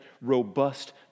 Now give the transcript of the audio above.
robust